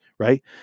Right